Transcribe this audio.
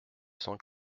cent